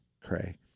cray